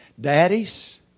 Daddies